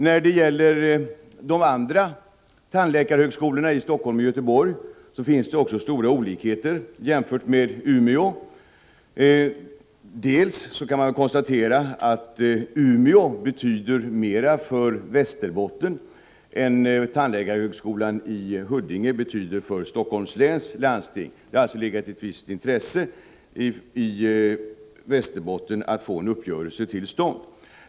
När det gäller de andra tandläkarhögskolorna, i Helsingfors och Göteborg, finns också stora olikheter jämfört med Umeå universitet. Först och främst kan man konstatera att tandvården vid universitetet i Umeå betyder mera för Västerbotten än tandläkarhögskolan i Huddinge betyder för Helsingforss läns landsting. Det är alltså ett visst intresse för Västerbotten att få en uppgörelse till stånd.